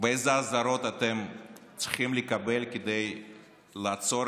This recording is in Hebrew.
ואיזה אזהרות אתם צריכים לקבל כדי לעצור